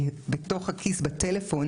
כי בתוך הכיס,